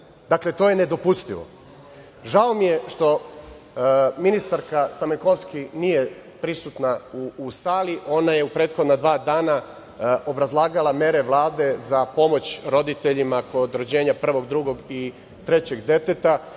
Dakle, to je nedopustivo. Žao mi je što ministarka Stamenkovski nije prisutna u sali, ona je u prethodna dva dana obrazlagala mere Vlade za pomoć roditeljima kod rođenja prvog, drugog i trećeg deteta